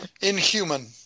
Inhuman